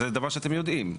זה דבר שאתם יודעים,